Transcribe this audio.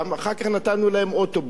אחר כך נתנו להם אוטובוס,